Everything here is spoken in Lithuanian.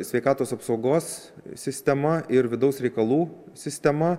sveikatos apsaugos sistema ir vidaus reikalų sistema